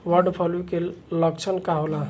Bird flu के लक्षण का होला?